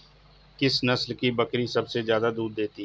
किस नस्ल की बकरी सबसे ज्यादा दूध देती है?